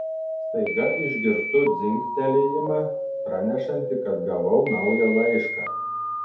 staiga išgirstu dzingtelėjimą pranešantį kad gavau naują laišką